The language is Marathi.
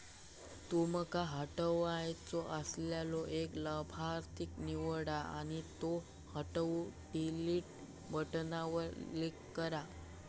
तुमका हटवायचो असलेलो एक लाभार्थी निवडा आणि त्यो हटवूक डिलीट बटणावर क्लिक करा